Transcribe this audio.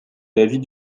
l’avis